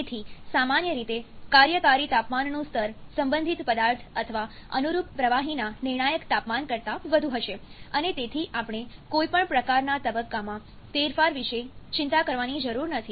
તેથી સામાન્ય રીતે કાર્યકારી તાપમાનનું સ્તર સંબંધિત પદાર્થ અથવા અનુરૂપ પ્રવાહીના નિર્ણાયક તાપમાન કરતાં વધુ હશે અને તેથી આપણે કોઈપણ પ્રકારના તબક્કામાં ફેરફાર વિશે ચિંતા કરવાની જરૂર નથી